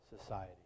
society